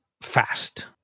fast